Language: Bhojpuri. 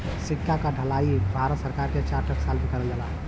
सिक्का क ढलाई भारत सरकार के चार टकसाल में करल जाला